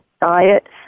diet